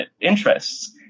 interests